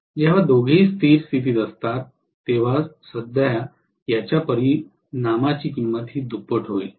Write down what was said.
जेव्हा दोघेही स्थिर स्थितीत असतात तेव्हा सध्या याच्या परिणामाची किंमत ही दुप्पट होईल